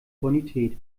bonität